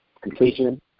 completion